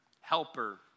helper